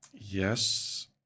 yes